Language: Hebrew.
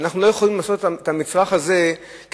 ואנחנו לא יכולים לעשות את המצרך הזה יקר.